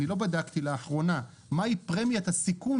אני לא בדקתי לאחרונה מה היא פרמיית הסיכון